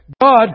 God